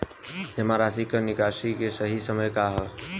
जमा राशि क निकासी के सही समय का ह?